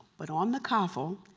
but on the coffle,